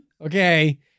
Okay